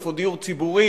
איפה דיור ציבורי?